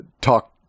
talk